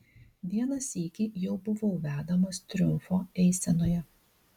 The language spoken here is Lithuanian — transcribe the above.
vieną sykį jau buvau vedamas triumfo eisenoje